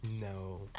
No